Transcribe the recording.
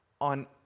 on